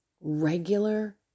regular